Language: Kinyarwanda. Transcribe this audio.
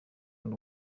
n’u